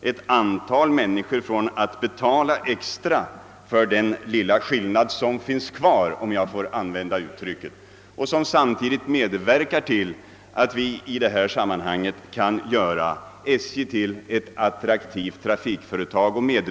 ett antal människor från att betala extra för den lilla skillnad som finns kvar om man samtidigt motverkar SJ:s möjligheter att bli ett attraktivt trafikföretag.